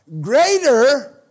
greater